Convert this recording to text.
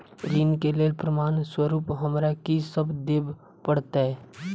ऋण केँ लेल प्रमाण स्वरूप हमरा की सब देब पड़तय?